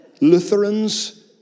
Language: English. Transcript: Lutherans